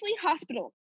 Hospital